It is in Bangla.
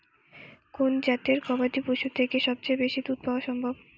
কোন জাতের গবাদী পশু থেকে সবচেয়ে বেশি দুধ পাওয়া সম্ভব?